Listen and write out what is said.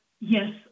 Yes